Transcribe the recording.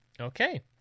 Okay